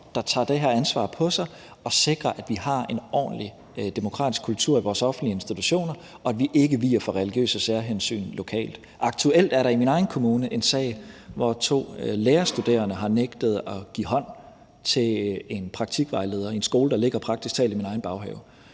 det her ansvar på sig og sikrer, at vi har en ordentlig, demokratisk kultur i vores offentlige institutioner, og at vi ikke viger for religiøse særhensyn lokalt. Aktuelt er der i min egen kommune en sag, hvor to lærerstuderende har nægtet at give hånd til en praktikvejleder på en skole, der praktisk talt ligger i min egen baghave.